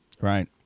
Right